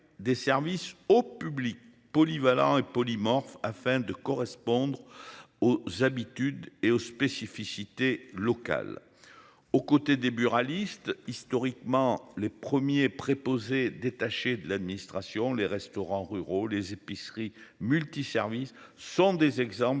des services au public polyvalent et polymorphe afin de correspondre aux habitudes et aux spécificités locales aux côtés des buralistes historiquement les premiers préposé détaché de l'administration, les restaurants ruraux les épicerie multiservices sont des exemples